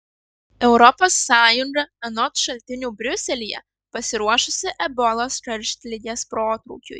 europos sąjunga anot šaltinių briuselyje pasiruošusi ebolos karštligės protrūkiui